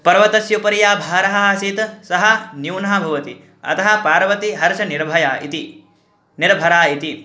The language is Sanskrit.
पर्वतस्य उपरि यः भारः आसीत् सः न्यूनः भवति अतः पार्वती हर्षनिर्भरा इति निर्भरा इति